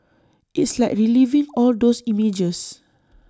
it's like reliving all those images